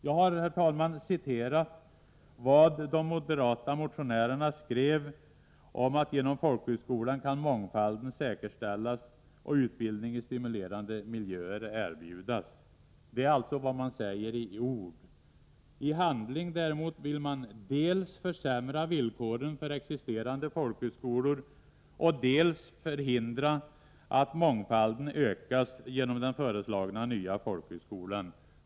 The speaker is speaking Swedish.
Jag har, herr talman, citerat vad de moderata motionärerna skrev om att genom folkhögskolan mångfalden kan säkerställas och utbildning i stimulerande miljöer erbjudas. Det är vad man säger i ord. I handling däremot vill man dels försämra villkoren för existerande folkhögskolor, dels förhindra att mångfalden ökas genom den föreslagna nya folkhögskolan.